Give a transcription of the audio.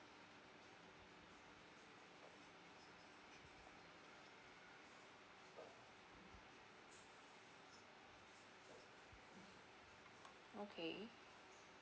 okay